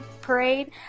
parade